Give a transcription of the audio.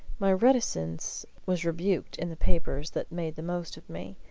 my reticence was rebuked in the papers that made the most of me,